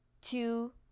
two